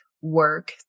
work